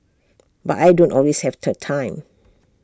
but I don't always have the time